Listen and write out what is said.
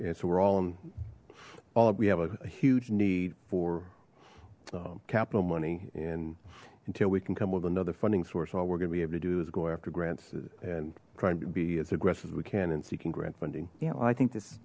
and so we're all in all we have a huge need for capital money and until we can come with another funding source all we're gonna be able to do is go after grants and trying to be as aggressive as we can and seeking grant funding you know i think this